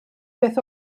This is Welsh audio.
beth